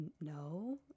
no